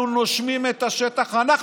אנחנו נושמים את השטח.